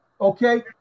okay